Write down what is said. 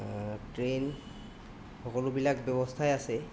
train সকলোবিলাক ব্যৱস্থাই আছে